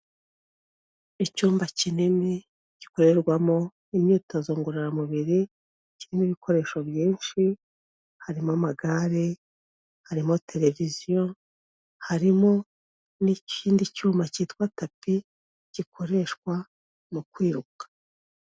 Icyumba kinini gikorerwamo imyitozo ngororamubiri kirimo ibikoresho byinshi harimo amagare, harimo televiziyo, harimo n'ikindi cyuma cyitwa tapi gikoreshwa mu kwiruka.